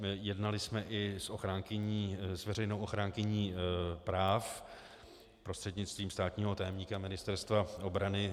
Jednali jsme i s veřejnou ochránkyní práv prostřednictvím státního tajemníka Ministerstva obrany.